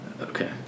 Okay